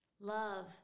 love